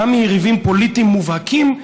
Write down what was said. גם מיריבים פוליטיים מובהקים,